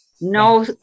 No